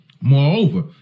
Moreover